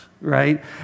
right